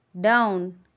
down